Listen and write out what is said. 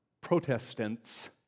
protestants